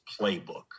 playbook